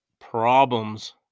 problems